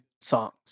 songs